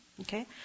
Okay